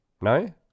No